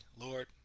Lord